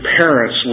parents